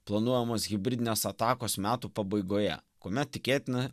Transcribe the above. planuojamos hibridinės atakos metų pabaigoje kuomet tikėtina